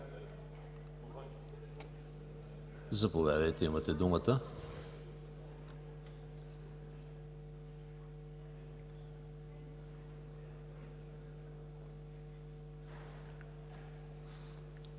Заповядайте, имате думата.